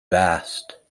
vast